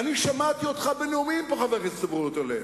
שמעתי אותך בנאומים פה, חבר הכנסת זבולון אורלב,